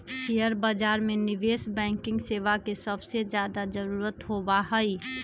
share बाजार में निवेश बैंकिंग सेवा के सबसे ज्यादा जरूरत होबा हई